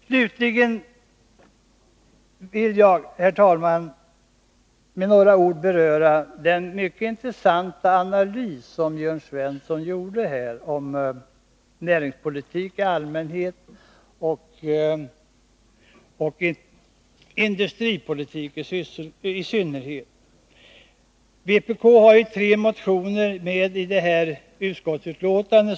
Slutligen vill jag, herr talman, med några ord beröra den mycket intressanta analys som Jörn Svensson gjorde här av näringspolitik i allmänhet och industripolitik i synnerhet. Vpk har tre motioner som behandlats i detta utskottsbetänkande.